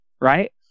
right